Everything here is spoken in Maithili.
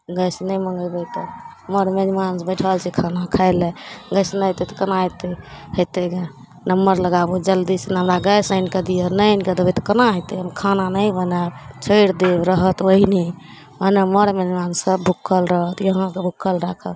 गैस नहि मँगेबै तऽ मर मेजबान जे बैठल छै खाना खाइलए गैस नहि अएतै तऽ कोना हेतै हेतै गे नम्बर लगाबू जल्दीसन हमरा गैस आनिके दिअऽ नहि आनिके देबै तऽ कोना हेतै हम खाना नहि बनाएब छोड़ि देब रहत ओहिने भने मर मेजबान सब भुक्खल रहत अहाँके भुक्खल राखब